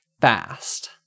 fast